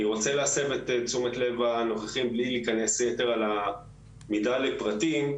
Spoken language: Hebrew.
אני רוצה להסב את תשומת לב הנוכחים בלי להיכנס יתר על המידה לפרטים,